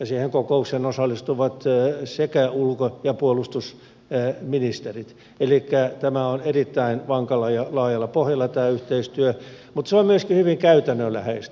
siihen kokoukseen osallistuvat sekä ulko että puolustusministerit elikkä tämä yhteistyö on erittäin vankalla ja laajalla pohjalla mutta se on myöskin hyvin käytännönläheistä